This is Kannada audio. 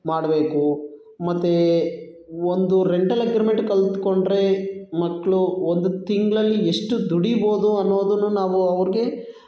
ಮಾಡಬೇಕು ಮತ್ತು ಒಂದು ರೆಂಟಲ್ ಅಗ್ರಿಮೆಂಟ್ ಕಲಿತ್ಕೊಂಡ್ರೆ ಮಕ್ಕಳು ಒಂದು ತಿಂಗಳಲ್ಲಿ ಎಷ್ಟು ದುಡೀಬೋದು ಅನ್ನೋದನ್ನು ನಾವು ಅವ್ರಿಗೆ